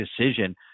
decision